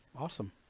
Awesome